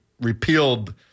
repealed